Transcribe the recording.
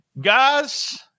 Guys